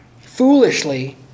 foolishly